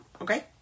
okay